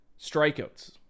strikeouts